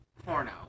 Porno